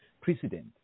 precedent